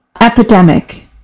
Epidemic